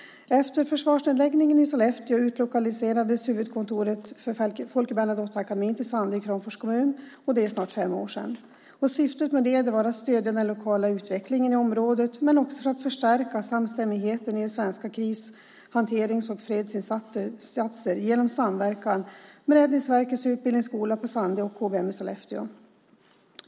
Efter försvarsnedläggningen i Sollefteå utlokaliserades huvudkontoret för Folke Bernadotteakademin till Sandö i Kramfors kommun. Det är snart fem år sedan. Syftet med det var att stödja den lokala utvecklingen i området men också att förstärka samstämmigheten i svenska krishanterings och fredsinsatser genom samverkan med Räddningsverkets utbildningsskola i Sandö och KBM i Sollefteå.